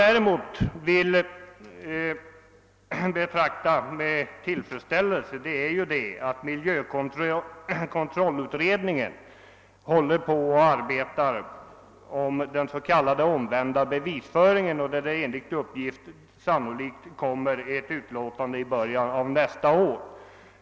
Däremot är jag mycket nöjd med att miljökontrollutredningen arbetar enligt den s.k. omvända bevisföringen och att utredningen sannolikt kommer att presentera sitt betänkande nästa år.